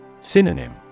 Synonym